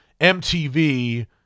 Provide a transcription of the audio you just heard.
MTV